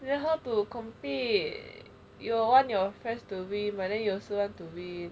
then how to compete you want your friends to win but then you also want to win